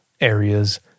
areas